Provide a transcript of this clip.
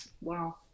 Wow